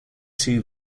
too